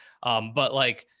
but like,